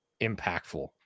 impactful